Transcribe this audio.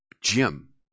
Jim